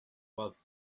was